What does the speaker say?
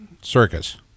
circus